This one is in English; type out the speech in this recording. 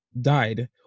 died